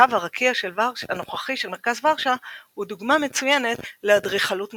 קו הרקיע הנוכחי של מרכז ורשה הוא דוגמה מצוינת לאדריכלות מודרנית.